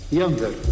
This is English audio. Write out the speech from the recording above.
younger